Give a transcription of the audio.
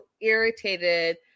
irritated